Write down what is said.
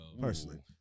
personally